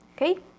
Okay